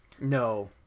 no